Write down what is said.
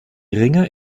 ringer